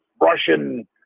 Russian